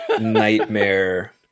nightmare